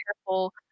careful